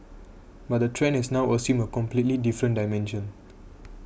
but the trend has now assumed a completely different dimension